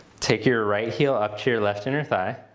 take your right heel up to your left inner thigh.